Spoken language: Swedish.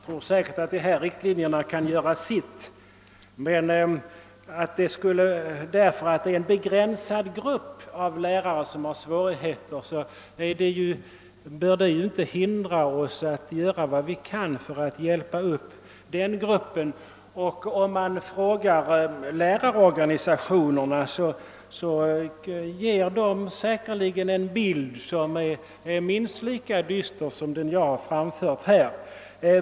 Herr talman! De utfärdade riktlinjerna kan säkerligen göra sitt. Men att det är en begränsad grupp lärare som har svårigheter bör inte hindra oss från att göra vad vi kan för att hjälpa den gruppen. Och om vi frågar lärarorganisationerna ger de helt säkert en bild av situationen i skolan som är minst lika dyster som den jag har redovisat.